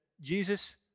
Jesus